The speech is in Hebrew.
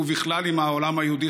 ובכלל עם העולם היהודי,